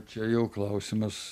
čia jau klausimas